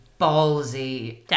ballsy